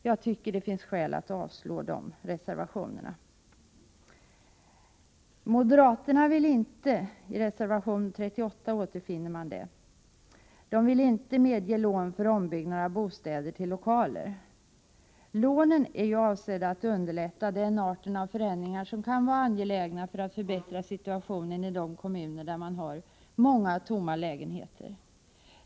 Jag tycker att det finns skäl att avslå reservationerna på dessa punkter. Moderaterna vill enligt vad som framgår av reservation 38 inte att lån skall medges för ombyggnad av bostäder till lokaler. Lånen är avsedda att underlätta den art av förändringar som kan vara angelägen för att förbättra situationen i kommuner där man har många tomma lägenheter.